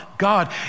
God